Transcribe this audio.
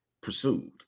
pursued